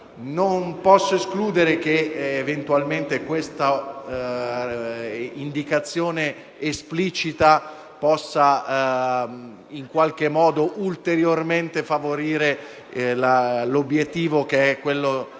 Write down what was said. Non posso escludere che questa indicazione esplicita possa in qualche modo ulteriormente favorire l'obiettivo perseguito